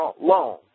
loan